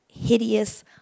hideous